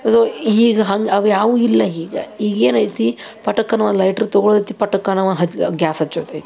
ಅದೋ ಈಗ ಹಂಗೆ ಅವು ಯಾವೂ ಇಲ್ಲ ಈಗ ಈಗೇನೈತಿ ಪಟಕ್ಕನೆ ಒನ್ ಲೈಟ್ರ್ ತಗೊಳ್ಳತ್ತಿ ಪಟಕ್ಕನ ಅವ ಹ ಗ್ಯಾಸ್ ಹಚ್ಚೋದೈತ್ತಿ